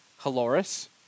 Haloris